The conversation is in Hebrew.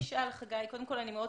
כאן.